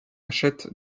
achète